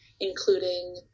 including